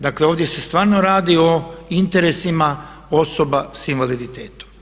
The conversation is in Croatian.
Dakle ovdje se stvarno radi o interesima osoba s invaliditetom.